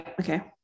Okay